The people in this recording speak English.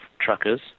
truckers